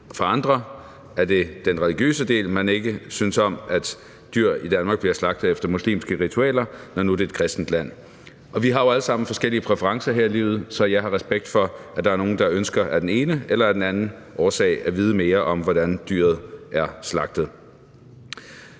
For andre er det den religiøse del, man ikke synes om, altså at dyr i Danmark bliver slagtet efter muslimske ritualer, når nu det er et kristent land. Og vi har jo alle sammen forskellige præferencer her i livet, så jeg har respekt for, at der er nogle, der af den ene eller af den anden årsag vil vide mere om, hvordan dyret er slagtet.